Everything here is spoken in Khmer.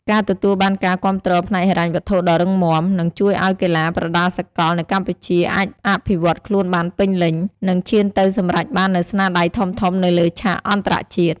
ការទទួលបានការគាំទ្រផ្នែកហិរញ្ញវត្ថុដ៏រឹងមាំ នឹងជួយឲ្យកីឡាប្រដាល់សកលនៅកម្ពុជាអាចអភិវឌ្ឍខ្លួនបានពេញលេញ និងឈានទៅសម្រេចបាននូវស្នាដៃធំៗនៅលើឆាកអន្តរជាតិ។